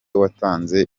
watanze